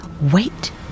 wait